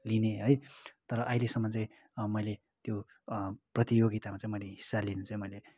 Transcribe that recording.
लिने है तर अहिलेसम्म चाहिँ मैले त्यो प्रतियोगितामा चाहिँ मैले हिस्सा लिने चाहिँ मैले